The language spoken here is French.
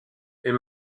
est